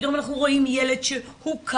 כשפתאום אנחנו רואים ילד שהוכה,